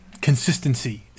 consistency